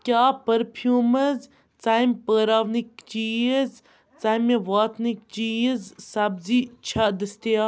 کیٛاہ پٔرفیوٗمٕز ژَمہِ پٲراونٕکۍ چیٖز ژَمہِ واتنٕکۍ چیٖز سبزِی چھےٚ دٔستیا